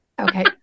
Okay